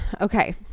okay